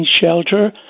shelter